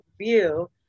view